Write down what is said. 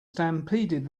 stampeded